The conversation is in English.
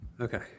Okay